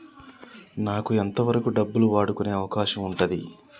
నాకు ఎంత వరకు డబ్బులను వాడుకునే అవకాశం ఉంటది?